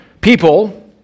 People